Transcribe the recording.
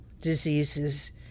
diseases